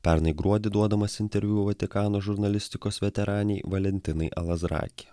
pernai gruodį duodamas interviu vatikano žurnalistikos veteranei valentinai alazraki